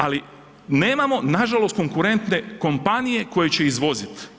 Ali nemamo nažalost konkurente kompanije koje će izvoziti.